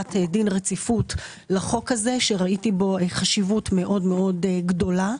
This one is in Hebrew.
להחלת דין רציפות לחוק הזה שראיתי בו חשיבות מאוד-מאוד גדולה.